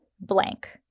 blank